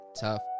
tough